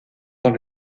dans